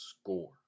score